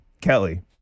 Kelly